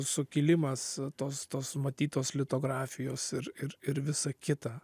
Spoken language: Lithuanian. sukilimas tos tos matytos litografijos ir ir ir visa kita